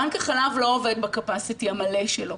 בנק החלב לא עובד בקפאסיטי המלא שלו.